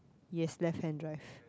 yes left hand drive